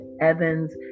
Evans